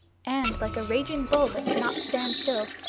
and, like a raging bull that cannot stand still,